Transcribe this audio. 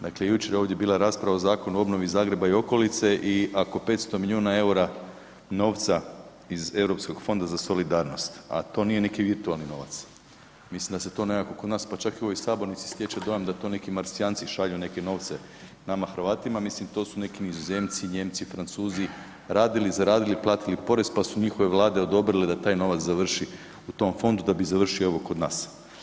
Dakle, jučer je ovdje bila rasprava o Zakonu o obnovi Grada Zagreba i okolice i ako 500 milijuna eura novca iz Europskog fonda za solidarnost, a to nije neki virtualni novac, mislim da se to nekako kod nas pa čak i u ovoj sabornici stječe dojam da to neki Marsijanci šalju neke novce nama Hrvatima, mislim to su neki Nizozemci, Nijemci, Francuzi radili, zaradili platili porez pa su njihove vlade odobrile da taj novac završi u tom fondu, da bi završio evo kod nas.